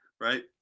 right